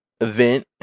event